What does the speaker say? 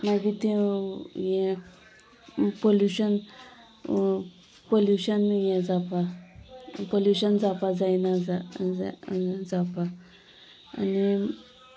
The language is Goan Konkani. मागीर तें हें पोल्युशन पोल्युशन हें जावपाक पोल्युशन जावपाक जायना जावपाक आनी